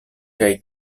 kaj